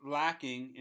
lacking